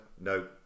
no